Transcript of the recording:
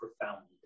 profoundly